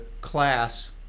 class